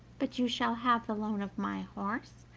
but you shall have the loan of my horse,